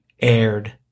aired